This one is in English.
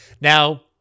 now